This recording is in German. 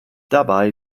dabei